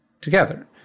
together